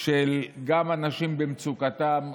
של אנשים במצוקתם,